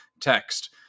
text